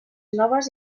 noves